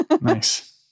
Nice